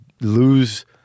lose